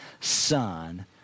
son